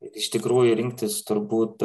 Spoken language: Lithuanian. ir iš tikrųjų rinktis turbūt